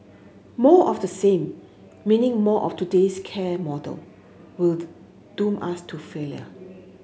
more of the same meaning more of today's care model will doom us to failure